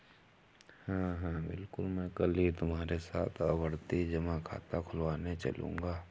हां हां बिल्कुल मैं कल ही तुम्हारे साथ आवर्ती जमा खाता खुलवाने चलूंगा